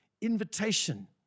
invitation